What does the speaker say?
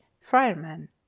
Fireman